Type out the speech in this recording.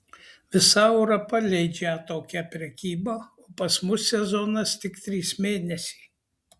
visa europa leidžią tokią prekybą o pas mus sezonas tik trys mėnesiai